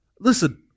Listen